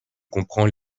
comprends